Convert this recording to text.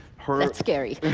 that's scary.